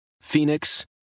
Phoenix